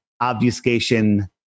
obfuscation